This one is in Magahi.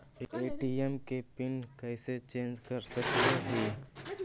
ए.टी.एम के पिन कैसे चेंज कर सकली ही?